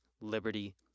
liberty